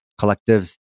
collectives